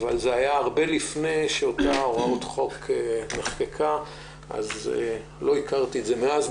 אבל זה היה הרבה לפני שאותה הוראת חוק נחקקה ולא הכרתי את זה מאז.